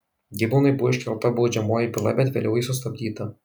gibonui buvo iškelta baudžiamoji byla bet vėliau ji sustabdyta